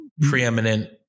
preeminent